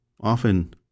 often